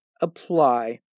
apply